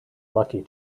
lucky